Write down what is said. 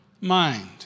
mind